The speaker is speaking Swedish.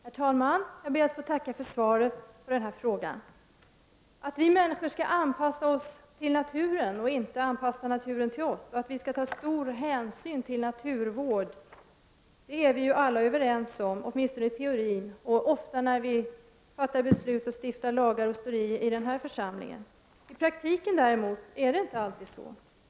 Herr talman! Jag ber att få tacka för svaret på denna fråga. Att vi människor skall anpassa oss till naturen och inte anpassa naturen till oss och att vi skall ta stor hänsyn till naturvård är vi alla överens om, åtminstone i teorin, och ofta när vi fattar beslut och stiftar lagar i denna församling. I praktiken däremot är det inte alltid så.